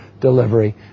delivery